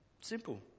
Simple